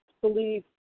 believe